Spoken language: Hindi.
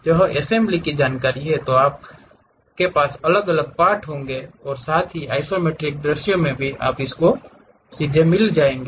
यदि यह असेंबली है तो आपके पास अलग अलग पार्ट होंगे और साथ ही आइसोमेट्रिक दृश्य भी आपको सीधे मिल जाएगा